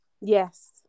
yes